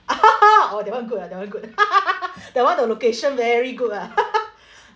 oh that [one] good ah that [one] good that [one] the location very good lah